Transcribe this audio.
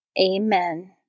Amen